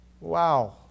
Wow